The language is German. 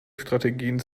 strategien